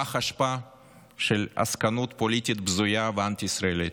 לפח אשפה של עסקנות פוליטית בזויה ואנטי-ישראלית.